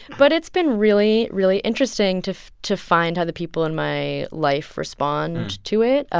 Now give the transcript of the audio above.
but it's been really, really interesting to to find how the people in my life respond to it.